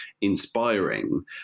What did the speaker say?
inspiring